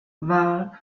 war